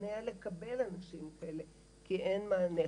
ולשכנע לקבל אנשים כאלה, כי אין מענה.